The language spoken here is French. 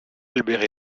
albert